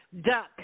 Duck